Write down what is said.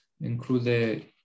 Include